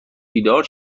بیدار